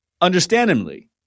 understandably